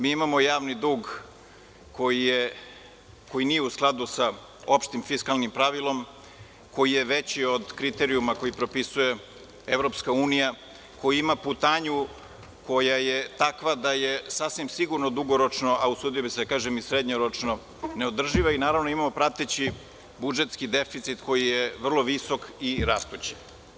Mi imamo javni dug koji nije u skladu sa opštim fiskalnim pravilom, koji je veći od kriterijuma koje propisuje EU, koji ima putanju koja je takva da je sasvim sigurno dugoročno, a usudio bih se da kažem i srednjoročno neodrživa i, naravno, imamo prateći budžetski deficit koji je vrlo visok i rastući.